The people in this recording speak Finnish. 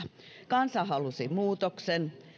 kansa halusi muutoksen